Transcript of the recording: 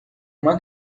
uma